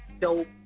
dope